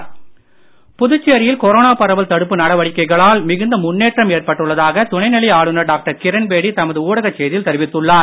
கிரண்பேடி புதுச்சேரியில் கொரோனா பரவல் தடுப்பு நடவடிக்கையில் மிகுந்த முன்னேற்றம் ஏற்பட்டுள்ளதாக துணைநிலை ஆளுநர் டாக்டர் கிரண்பேடி தமது ஊடகச் செய்தியில் தெரிவித்துள்ளார்